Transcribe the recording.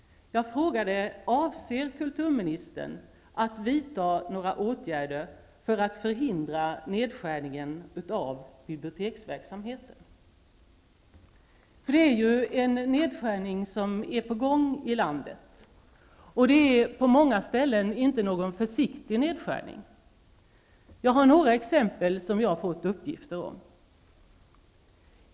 Jag frågade: Det är en nedskärning som är på gång i landet. Det är på många ställen inte någon försiktig nedskärning. Jag har fått uppgift om några fall som jag vill ta som exempel.